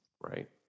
right